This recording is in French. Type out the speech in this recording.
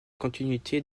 continuité